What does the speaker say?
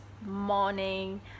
morning